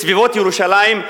בסביבות ירושלים,